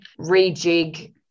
rejig